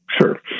sure